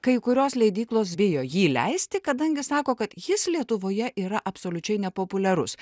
kai kurios leidyklos bijo jį leisti kadangi sako kad jis lietuvoje yra absoliučiai nepopuliarus